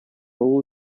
all